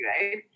right